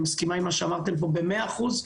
ואני מסכימה עם מה שאמרתם פה במאת האחוזים.